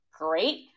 great